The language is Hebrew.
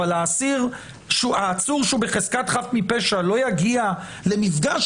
אבל העצור שהוא בחזקת חף מפשע לא יגיע למפגש